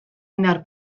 indar